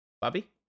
Bobby